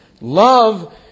Love